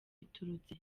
biturutse